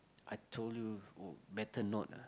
I told you oh better not ah